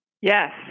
Yes